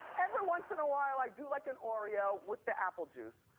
every once in a while, i do like an oreo with the apple juice.